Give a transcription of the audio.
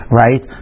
right